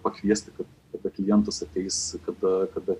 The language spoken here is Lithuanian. pakviesti kad kada klijentas ateis kada kada